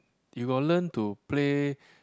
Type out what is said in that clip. you got learn to play